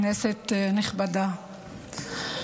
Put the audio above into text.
כנסת נכבדה,